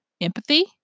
empathy